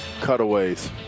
Cutaways